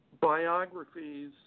biographies